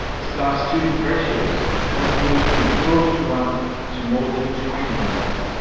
staff-student ratios have moved from twelve to one to more than twenty to one.